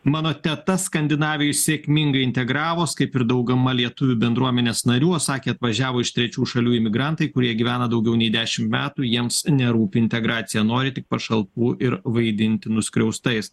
mano teta skandinavijoj sėkmingai integravos kaip ir dauguma lietuvių bendruomenės narių o sakė atvažiavo iš trečių šalių imigrantai kurie gyvena daugiau nei dešimt metų jiems nerūpi integracija nori tik pašalpų ir vaidinti nuskriaustais